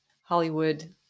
Hollywood